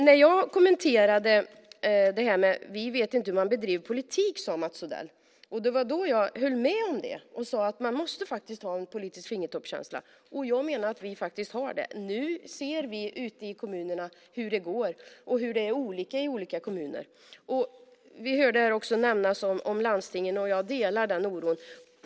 När jag kommenterade det Mats Odell sade om att de inte vet hur man bedriver politik höll jag med och sade att man måste ha en politisk fingertoppskänsla. Jag menar att vi faktiskt har det. Nu ser vi ute i kommunerna hur det går och hur olika det är i olika kommuner. Jag hörde också nämnas om oron i landstingen, och jag delar den oron.